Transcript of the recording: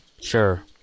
sure